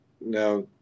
Now